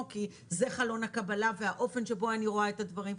כי זה חלון הקבלה והאופן שבו אני רואה את הדברים,